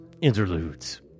Interludes